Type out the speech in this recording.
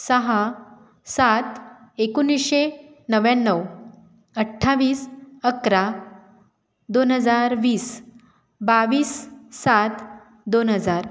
सहा सात एकोणीसशे नव्याण्णव अठ्ठावीस अकरा दोन हजार वीस बावीस सात दोन हजार